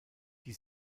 die